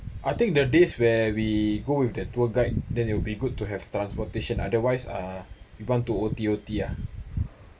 I think the days where we go with the tour guide then will be good to have staff rotation otherwise uh you want to O_T O_T uh